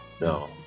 No